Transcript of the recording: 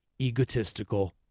egotistical